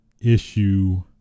issue